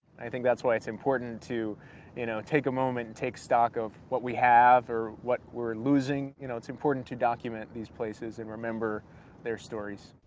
i think that's why it's important to you know take a moment take stock of what we have or what we're losing. you know it's important to document these places and remember their stories.